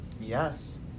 Yes